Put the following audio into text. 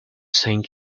saint